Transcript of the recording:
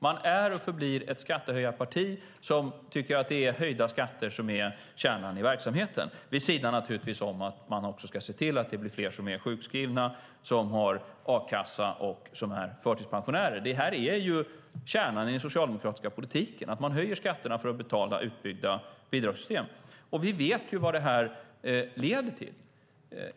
Man är och förblir ett skattehöjarparti som tycker att höjda skatter är kärnan i verksamheten, naturligtvis vid sidan om att man också ska se till att det blir fler som är sjukskrivna, som har a-kassa och som är förtidspensionärer. Det här är kärnan i den socialdemokratiska politiken. Man höjer skatterna för att betala utbyggda bidragssystem. Vi vet ju vad det leder till.